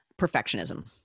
Perfectionism